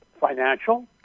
financial